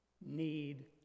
need